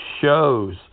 shows